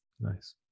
Nice